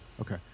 Okay